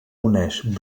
uneixen